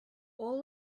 all